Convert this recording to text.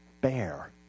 bear